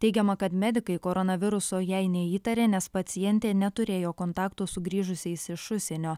teigiama kad medikai koronaviruso jai neįtarė nes pacientė neturėjo kontakto su grįžusiais iš užsienio